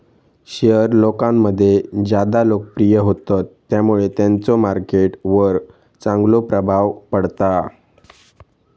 share लोकांमध्ये ज्यादा लोकप्रिय होतत त्यामुळे त्यांचो मार्केट वर चांगलो प्रभाव पडता